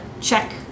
check